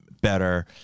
better